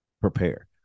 prepare